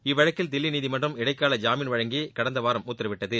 இவ்வழக்கில் தில்லி நீதிமன்றம் இடைக்கால ஜாமீன் வழங்கி கடந்த வாரம் உத்தரவிட்டது